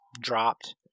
dropped